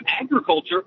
agriculture—